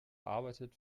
arbeitet